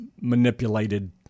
manipulated